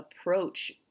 approach